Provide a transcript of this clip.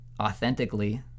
authentically